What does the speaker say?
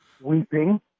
weeping